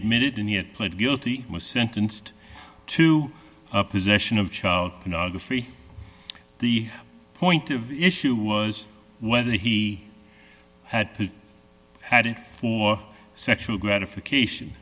admitted in the it pled guilty he was sentenced to a possession of child pornography the point of issue was whether he had to had it for sexual gratification